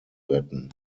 retten